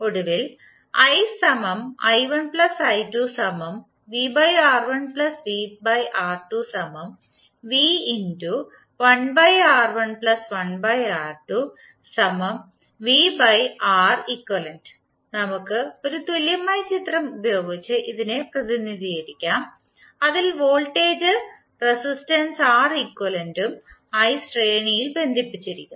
ഒടുവിൽ നമ്മുക്ക് ഒരു തുല്യമായ ചിത്രം ഉപയോഗിച്ച് ഇതിനെ പ്രതിനിധീകരിക്കാം അതിൽ വോൾട്ടേജ് റെസിസ്റ്റൻസ് Req ഉം ആയി ശ്രേണിയിൽ ബന്ധിപ്പിച്ചിരിക്കുന്നു